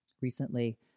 recently